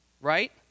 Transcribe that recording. right